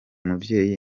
mubyeyi